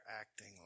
acting